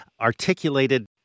articulated